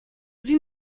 sie